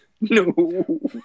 No